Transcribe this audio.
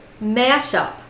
mashup